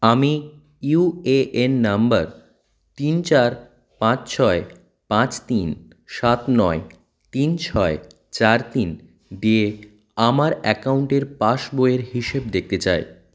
আমি UAN number তিন চার পাঁচ ছয় পাঁচ তিন সাত নয় তিন ছয় চার তিন দিয়ে আমার অ্যাকাউন্টের পাসবইয়ের হিসেব দেখতে চাই